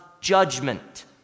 judgment